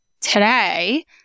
today